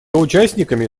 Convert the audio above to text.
участниками